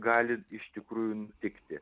gali iš tikrųjų nutikti